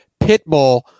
Pitbull